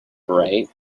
right